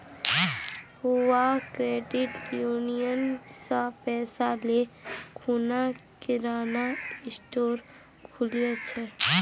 बुआ credit union स पैसा ले खूना किराना स्टोर खोलील छ